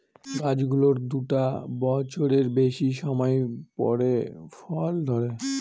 গাছ গুলোর দুটা বছরের বেশি সময় পরে ফল ধরে